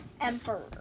Emperor